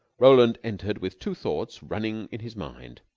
roland entered with two thoughts running in his mind.